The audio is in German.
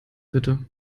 bitte